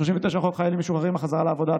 39. חוק חיילים משוחררים (החזרה לעבודה),